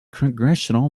congressional